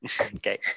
Okay